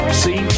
see